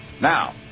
Now